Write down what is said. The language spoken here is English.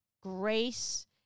grace